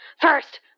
First